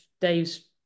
Dave's